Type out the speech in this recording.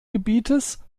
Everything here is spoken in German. gebietes